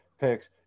picks